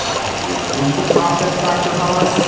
have you improved the process? dr. hahn?